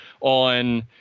on